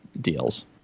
deals